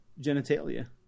genitalia